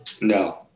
No